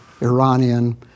Iranian